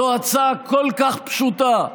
זאת הצעה כל כך פשוטה,